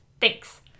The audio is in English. Thanks